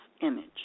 image